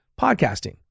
podcasting